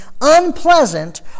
unpleasant